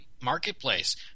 marketplace